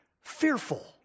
fearful